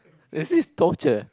this is torture